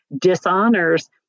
dishonors